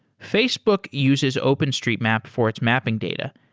facebook uses openstreetmap for its mapping data,